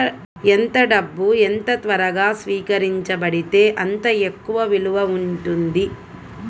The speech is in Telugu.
ఎంత డబ్బు ఎంత త్వరగా స్వీకరించబడితే అంత ఎక్కువ విలువ ఉంటుంది